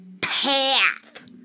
path